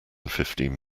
fifteen